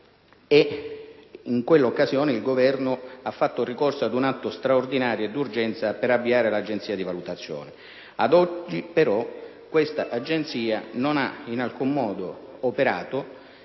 in quell'occasione il Governo ha fatto ricorso ad un atto straordinario ed urgente per avviare l'Agenzia di valutazione. Ad oggi, però, questa Agenzia non ha in alcun modo operato